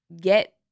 get